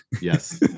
Yes